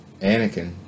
Anakin